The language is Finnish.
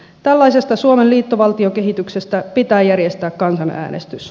tällaisesta suomen liittovaltiokehityksestä pitää järjestää kansanäänestys